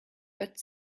but